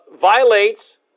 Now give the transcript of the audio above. violates